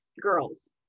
girls